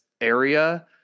area